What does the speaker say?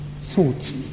thoughts